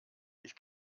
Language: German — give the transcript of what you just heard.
ich